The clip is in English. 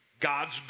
God's